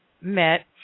met